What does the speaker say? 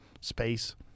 space